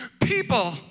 People